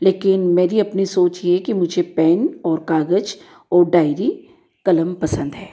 लेकिन मेरी अपनी सोच ये है कि मुझे पेन और कागज और डायरी कलम पसंद है